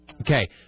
Okay